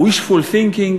ה-wishful thinking,